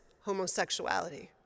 homosexuality